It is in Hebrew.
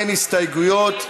אין הסתייגויות.